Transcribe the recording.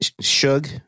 Shug